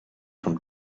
from